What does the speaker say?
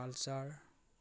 Pulsar